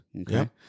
Okay